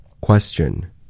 Question